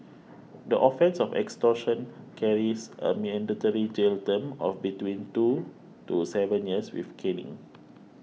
the offence of extortion carries a mandatory jail term of between two to seven years with caning